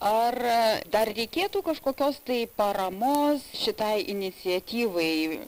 ar dar reikėtų kažkokios tai paramos šitai iniciatyvai